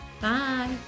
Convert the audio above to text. Bye